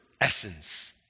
essence